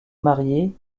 mariée